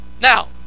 Now